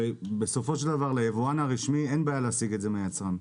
הרי בסופו של דבר ליבואן הרשמי אין בעיה להשיג את זה מהיצרן.